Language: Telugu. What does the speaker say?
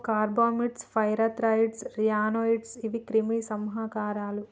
అబ్బో కార్బమీట్స్, ఫైర్ థ్రాయిడ్స్, ర్యానాయిడ్స్ గీవి క్రిమి సంహారకాలు